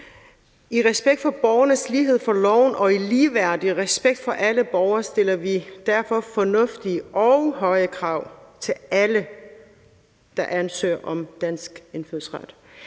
I respekt for borgernes lighed for loven og i ligeværdig respekt for alle borgere stiller vi derfor fornuftige og høje krav til alle, der ansøger om dansk indfødsret.